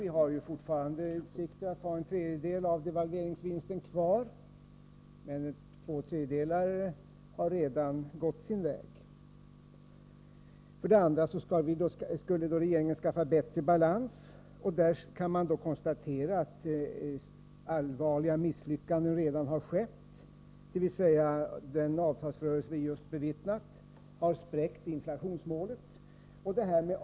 Vi har fortfarande utsikter att ha en tredjedel av devalveringsvinsten kvar, men två tredjedelar har redan gått sin väg. Genom steg 2 skulle regeringen skaffa bättre balans. Där kan man konstatera att allvarliga misslyckanden redan skett, exempelvis har den avtalsrörelse som vi just bevittnat spräckt inflationsmålet.